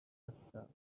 هستم